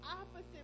opposite